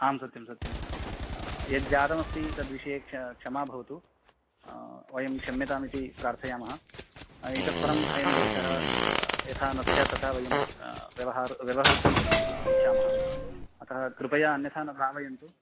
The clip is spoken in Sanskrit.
आं सत्यं सत्यं यज्जातमस्ति तद्विषये क्ष क्षमा भवतु वयं क्षम्यतामिति प्रार्थयामः इतः परम् अयं दोषः यथा न स्यात् तथा वयं व्यवहा व्यवहर्तुम् इच्छामः अतः कृपया अन्यथा न भावयन्तु